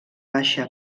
baixa